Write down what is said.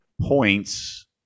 points